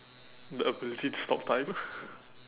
the ability to stop time